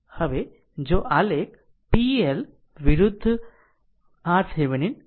હવે જો આલેખ p L વિરુદ્ધ RThevenin RL